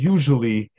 Usually